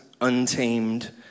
untamed